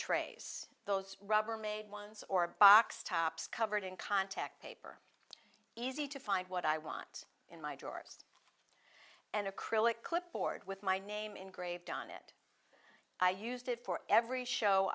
trays those rubbermaid ones or box tops covered in context paper easy to find what i want in my drawers and acrylic clipboard with my name engraved on it i used it for every show